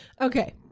Okay